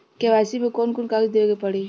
KYC मे कौन कौन कागज देवे के पड़ी?